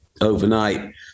overnight